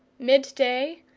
mid-day,